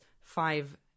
five